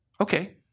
Okay